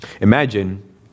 Imagine